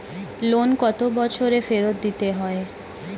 Loan কত বছরে ফেরত দিতে হয়?